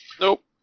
Nope